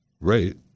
rate